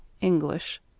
English